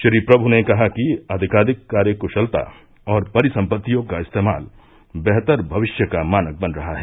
श्री प्रमु ने कहा कि आधिकाधिक कार्य क्शलता और परिसंपत्तियों का इस्तेमाल बेहतर भविष्य का मानक बन रहा है